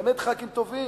באמת ח"כים טובים.